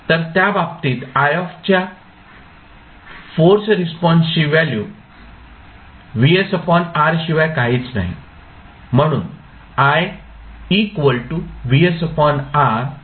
तर त्या बाबतीत if च्या फोर्स रिस्पॉन्सची व्हॅल्यू Vs R शिवाय काहीच नाही